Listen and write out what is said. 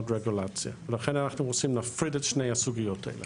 רגולציה לכן אנחנו רוצים להפריד את שני הסוגיות האלה.